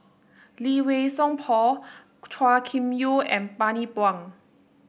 Lee Wei Song Paul Chua Kim Yeow and Bani Buang